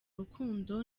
rukundo